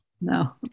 No